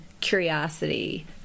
curiosity